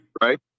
right